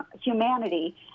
humanity